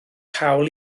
hawl